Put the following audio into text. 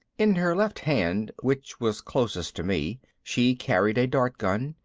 in her left hand, which was closest to me, she carried a dart gun,